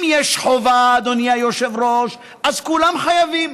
אם יש חובה, אדוני היושב-ראש, אז כולם חייבים,